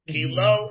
Kilo